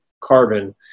carbon